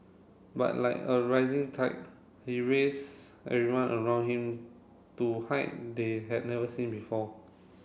but like a rising tide he raised everyone around him to height they had never seen before